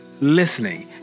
listening